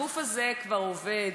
הגוף הזה כבר עובד,